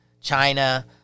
China